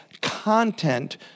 content